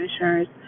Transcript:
insurance